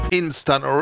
instant